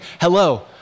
hello